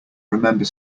remember